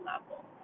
level